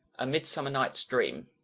a midsummer night's dream